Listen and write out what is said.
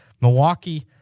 Milwaukee